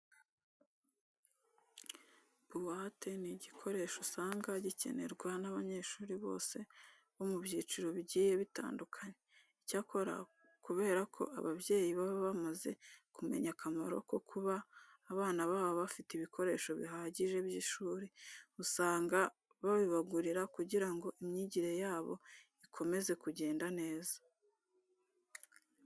Buwate ni igikoresho usanga gikenerwa n'abanyeshuri bose bo mu byiciro bigiye bitandukanye. Icyakora kubera ko ababyeyi baba bamaze kumenya akamaro ko kuba abana babo bafite ibikoresho bihagije by'ishuri, usanga babibagurira kugira ngo imyigire yabo ikomeze kugenda neza.